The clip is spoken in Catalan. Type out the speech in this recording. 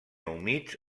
humits